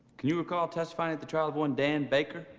can you recall testifying at the trail of one dan baker?